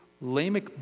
Lamech